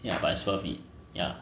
ya but it's worth it ya